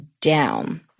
down